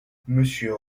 monsieur